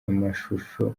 amashusho